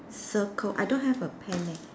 circle I don't have a pen eh